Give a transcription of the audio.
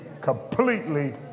completely